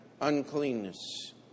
uncleanness